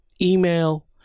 email